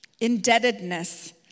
Indebtedness